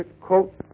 quote